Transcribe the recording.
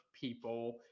people